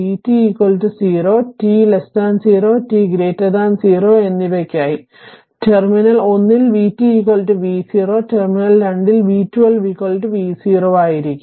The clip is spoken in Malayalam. vt 0 t 0 t 0 എന്നിവയ്ക്കായി ടെർമിനൽ ഒന്നിൽ vt v0 ടെർമിനൽ രണ്ടിൽ v 12 v0 ആയിരിക്കും